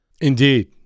Indeed